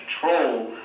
control